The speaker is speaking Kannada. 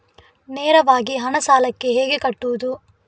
ನೇರವಾಗಿ ಹಣ ಸಾಲಕ್ಕೆ ಹೇಗೆ ಕಟ್ಟುವುದು?